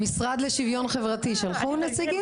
המשרד לשוויון חברתי שלחו נציגים?